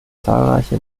zahlreiche